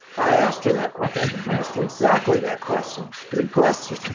i asked her that question. i asked her exactly that question. good question.